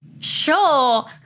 Sure